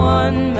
one